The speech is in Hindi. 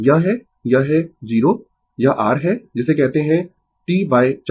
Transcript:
यह है यह है 0 यह r है जिसे कहते है T4 T2 T